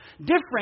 different